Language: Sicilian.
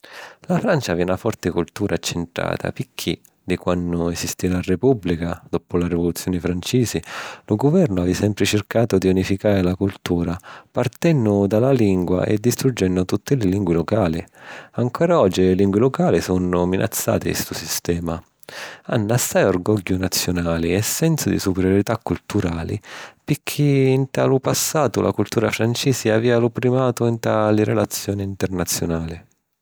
La Francia havi na forti cultura accentrata picchì, di quannu esistì la Repùbblica, doppu la Rivoluzioni Francisi, lu guvernu havi sempri circatu di unificari la cultura partennu dâ lingua e distruggennu tutti li lingui lucali. Ancora oggi li lingui lucali sunnu minazzati di stu sistema. Hannu assai orgogghiu naziunali e un sensu di superiorità culturali picchì nta lu passatu la cultura francisi avìa lu primatu nta li relazioni internaziunali.